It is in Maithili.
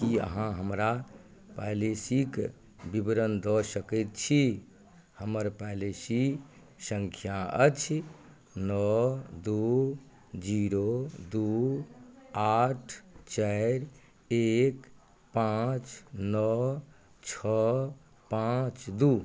की अहाँ हमरा पैलिसीक विवरण दऽ सकैत छी हमर पैलिसी संख्या अछि नओ दू जीरो दू आठ चारि एक पाँच नओ छओ पाँच दू